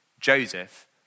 Joseph